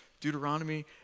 Deuteronomy